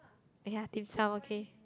ya Dim-Sum okay